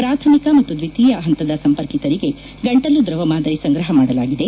ಪ್ರಾಥಮಿಕ ಮತ್ತು ದ್ವಿತೀಯ ಹಂತದ ಸಂಪರ್ಕಕಿತರಿಗೆ ಗಂಟಲು ದ್ರವ ಮಾದರಿ ಸಂಗ್ರಹ ಮಾಡಲಾಗಿದೆ